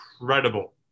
incredible